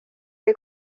que